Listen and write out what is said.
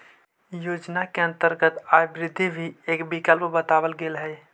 इ योजना के अंतर्गत आय वृद्धि भी एक विकल्प बतावल गेल हई